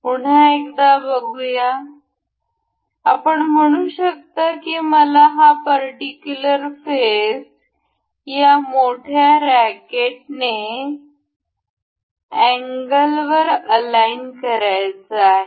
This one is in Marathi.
पुन्हा एकदा बघूया आपण म्हणू शकता की मला हा पर्टिक्युलर फेस या मोठ्या रेकटेनअँगलवर अलाईन करायचा आहे